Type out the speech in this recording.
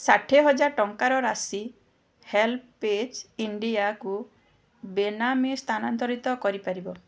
ଷାଠିଏ ହଜାର ଟଙ୍କାର ରାଶି ହେଲ୍ପେଜ୍ ଇଣ୍ଡିଆକୁ ବେନାମୀ ସ୍ଥାନାନ୍ତରିତ କରି ପାରିବ